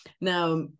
Now